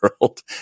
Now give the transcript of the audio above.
world